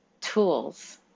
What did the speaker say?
tools